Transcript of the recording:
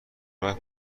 راه